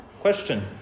Question